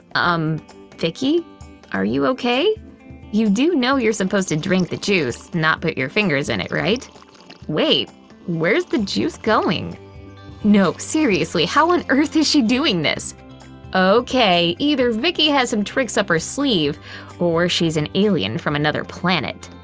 um vicky are you okay you do know you're supposed to and drink the juice not put your fingers in it right wait where's the juice going nope seriously how on earth is she doing this okay either vicky has some tricks up her sleeve or she's an alien from another planet